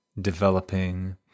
developing